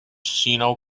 sino